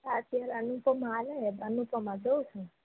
હા અત્યારે અનુપમા હાલે અનુપમા જોઉ છું